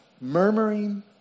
murmuring